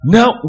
Now